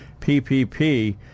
PPP